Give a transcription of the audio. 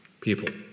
people